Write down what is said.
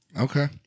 Okay